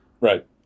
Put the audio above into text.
right